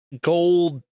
gold